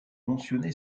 mentionné